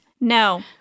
No